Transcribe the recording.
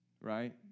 right